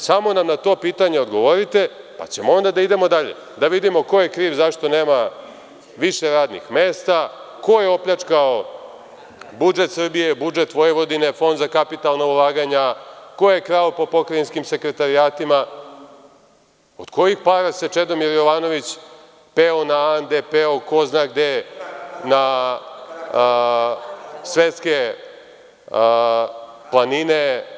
Samo nam na to pitanje odgovorite, pa ćemo onda da idemo dalje, da vidimo ko je kriv zašto nema više radnih mesta, ko je opljačkao budžet Srbije, budžet Vojvodine, Fond za kapitala ulaganja, ko je krao po pokrajinskim sekretarijatima, od kojih para se Čedomir Jovanović peo na Ande, peo ko zna gde na svetske planine.